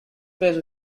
face